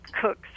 cooks